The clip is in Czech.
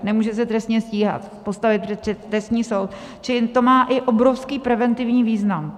Nemůže se trestně stíhat, postavit před trestní soud, čili to má i obrovský preventivní význam.